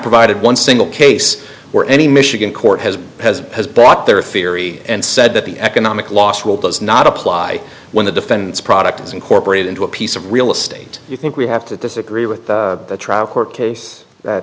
provided one single case where any michigan court has has bought their theory and said that the economic loss will does not apply when the defendant's product is incorporated into a piece of real estate you think we have to disagree with the trial court case that